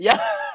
ya